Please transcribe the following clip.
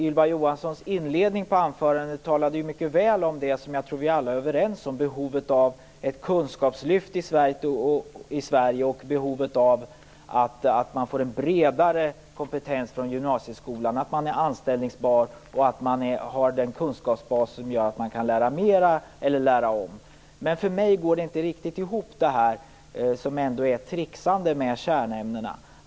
Ylva Johansson talade i inledningen på anförandet mycket väl om det som jag tror att vi alla är överens om, nämligen behovet av ett kunskapslyft i Sverige och av att eleverna får en bredare kompetens från gymnasieskolan. Eleverna skall vara anställningsbara och ha den kunskapsbas som gör att de kan lära mera eller lära om. Men för mig går det ändå inte riktigt ihop. Det är ändå ett tricksande med kärnämnena.